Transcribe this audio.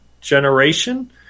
generation